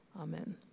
Amen